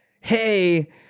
Hey